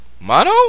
Mono